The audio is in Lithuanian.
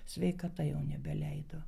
sveikata jau nebeleido